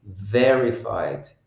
verified